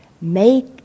Make